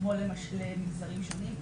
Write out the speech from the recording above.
כמו למגזרים שונים,